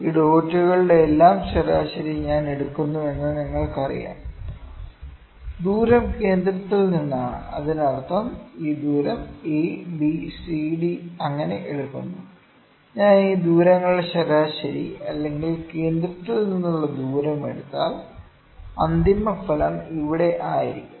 ഈ ഡോട്ടുകളുടെയെല്ലാം ശരാശരി ഞാൻ എടുക്കുന്നുവെന്ന് നിങ്ങൾക്കറിയാം ദൂരം കേന്ദ്രത്തിൽ നിന്നാണ് അതിനർത്ഥം ഈ ദൂരം എ ബി സി ഡി അങ്ങനെ എടുക്കുന്നു ഞാൻ ഈ ദൂരങ്ങളുടെ ശരാശരി അല്ലെങ്കിൽ കേന്ദ്രത്തിൽ നിന്നുള്ള ദൂരം എടുത്താൽ അന്തിമഫലം ഇവിടെ ആയിരിക്കും